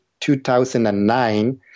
2009